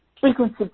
frequency